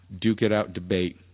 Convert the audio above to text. duke-it-out-debate